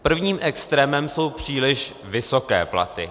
Prvním extrémem jsou příliš vysoké platy.